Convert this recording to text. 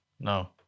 No